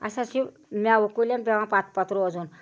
اَسہِ حظ چھِ مٮ۪وٕ کُلیٚن پٮ۪وان پتہٕ پتہٕ روزُن